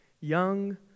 Young